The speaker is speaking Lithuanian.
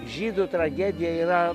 žydų tragedija yra